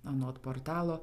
anot portalo